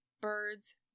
Birds